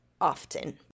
often